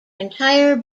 entire